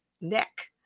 neck